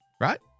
Right